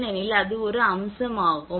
ஏனெனில் அது ஒரு அம்சமாகும்